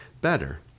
better